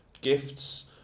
gifts